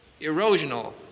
erosional